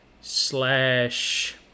slash –